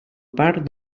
part